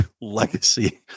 legacy